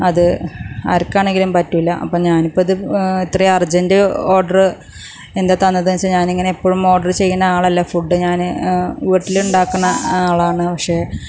അത് ആർക്കാണെങ്കിലും പറ്റൂല അപ്പം ഞാനിപ്പം ഇത് അത്രയും അർജെൻറ്റ് ഓർഡർ എന്താണ് തന്നതെന്നുവച്ചാൽ ഞാനിങ്ങനെ എപ്പോഴും ഇപ്പം ഓഡർ ചെയ്യുന്ന ആൾ അല്ല ഞാൻ ഫുഡ് ആയതുകൊണ്ട് ഞാൻ വീട്ടിൽ ഉണ്ടാക്കുന്ന ആളാണ് പക്ഷെ